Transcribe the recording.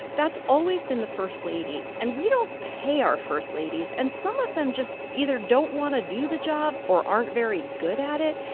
that's always been the first lady. and we don't pay our first ladies. and some of them just either don't want to do the job or aren't very good at it.